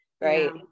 Right